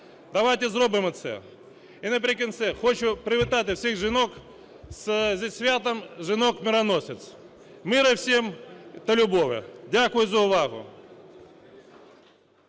Давайте зробимо це! І наприкінці хочу привітати всіх жінок зі святом жінок-мироносиць. Миру всім та любові! Дякую за увагу.